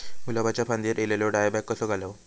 गुलाबाच्या फांदिर एलेलो डायबॅक कसो घालवं?